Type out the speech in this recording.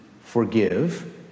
forgive